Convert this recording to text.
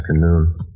afternoon